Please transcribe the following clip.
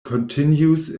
continues